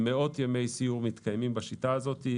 מאות ימי סיור מתקיימים בשיטה הזאת,